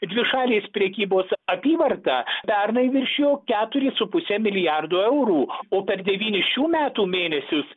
dvišalės prekybos apyvarta pernai viršijo keturis su puse milijardo eurų o per devynis šių metų mėnesius